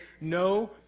no